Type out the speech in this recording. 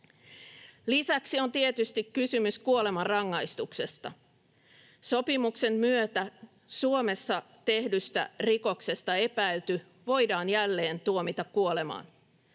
Lisäksi on tietysti kysymys kuolemanrangaistuksesta: Sopimuksen myötä Suomessa tehdystä rikoksesta epäilty voidaan jälleen tuomita kuolemaan.